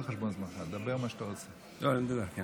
לדבר על ערביי